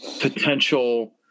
potential